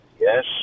Yes